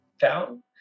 down